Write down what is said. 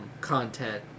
content